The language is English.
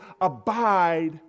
abide